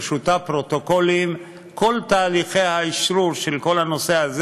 ברשותה פרוטוקולים וכל תהליכי האשרור של כל הנושא הזה.